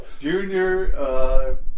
Junior